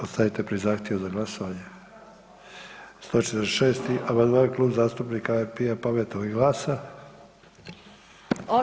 Ostajete pri zahtjevu za glasovanje? … [[Upadica se ne razumije.]] 146. amandman Klub zastupnika IP-a, Pametnog i GLAS-a.